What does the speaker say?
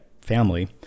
family